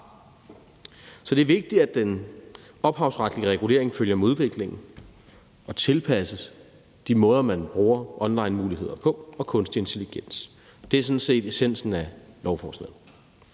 Så det er vigtigt, at den ophavsretlige regulering følger med udviklingen og tilpasses de måder, man bruger onlinemuligheder og kunstig intelligens på. Det er sådan set essensen af lovforslaget.